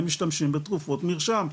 הם משתמשים בתרופות מרשם,